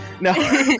No